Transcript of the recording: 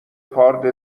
کارد